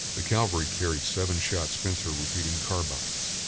the cavalry carried seven-shot spencer repeating carbines.